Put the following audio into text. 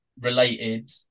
related